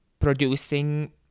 producing